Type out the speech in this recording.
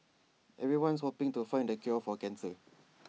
everyone's hoping to find the cure for cancer